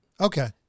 Okay